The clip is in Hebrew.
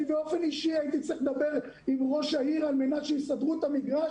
אני באופן אישי הייתי צריך לדבר עם ראש העיר שיסדרו את המגרש,